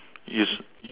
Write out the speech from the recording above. you